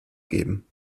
geben